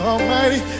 Almighty